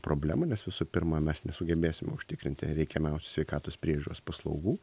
problemą nes visų pirma mes nesugebėsime užtikrinti reikiamiausių sveikatos priežiūros paslaugų